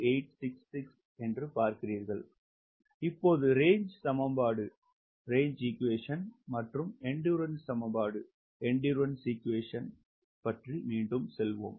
slide நேரத்தைப் பார்க்கவும் 2022 இப்போது ரேஞ்சு சமன்பாடு மற்றும் எண்டுறன்ஸ் சமன்பாடு மீண்டும் செல்வோம்